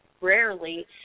rarely